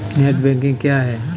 Net banking क्या है?